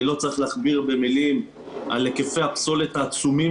ואני לא צריך להכביר במילים על היקפי הפסולת העצומים